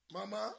Mama